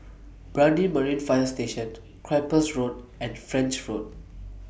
Brani Marine Fire Station Cyprus Road and French Road